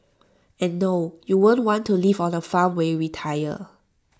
and no you won't want to live on A farm when you retire